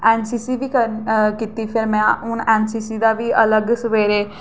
N C C B करना कीती फ्ही में हून एन सी सी दा बी लग्ग सवेरे